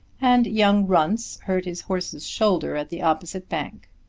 and young runce hurt his horse's shoulder at the opposite bank.